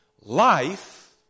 Life